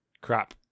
Crap